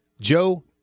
Joe